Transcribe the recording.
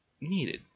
needed